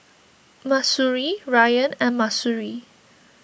Mahsuri Ryan and Mahsuri